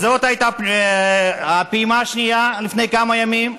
זאת הייתה הפעימה השנייה, לפני כמה ימים,